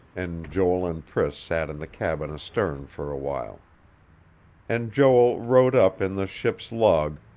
and joel and priss sat in the cabin astern for a while and joel wrote up, in the ship's log,